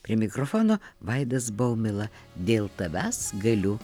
prie mikrofono vaidas baumila dėl tavęs galiu